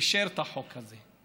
אישר את החוק הזה.